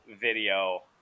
video